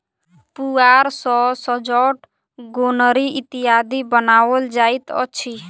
पुआर सॅ सजौट, गोनरि इत्यादि बनाओल जाइत अछि